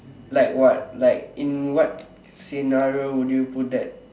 like what like in what scenario would you put that